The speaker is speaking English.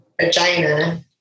vagina